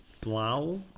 Blau